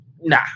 nah